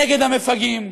נגד המפגעים.